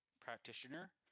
practitioner